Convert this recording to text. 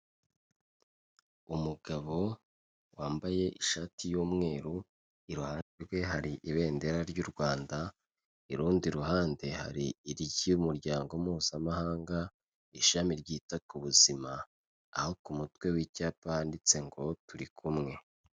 Umugabo wambaye ishati y'umweru, iruhande rwe hari ibendera ry'u Rwanda, irundi ruhande hari iry'umuryango mpuzamahanga, ishami ryita ku buzima, aho ku mutwe w'icyapa handitse ngo turi kumwe.